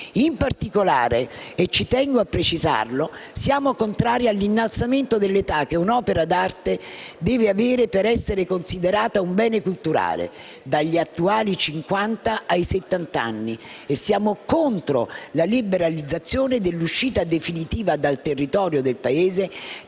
In particolare, e ci tengo a precisarlo, siamo contrari all'innalzamento dell'età che un'opera deve avere per essere considerata un bene culturale, dagli attuali 50 ai 70 anni, e siamo contro la liberalizzazione dell'uscita definitiva dal territorio del Paese